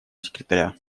секретаря